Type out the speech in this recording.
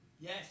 Yes